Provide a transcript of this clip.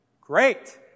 Great